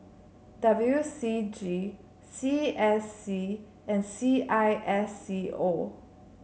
W C G C S C and C I S C O